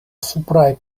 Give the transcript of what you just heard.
supraj